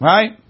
Right